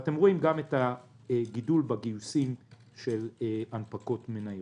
אתם רואים גם את הגידול בגיוסים של הנפקות של מניות.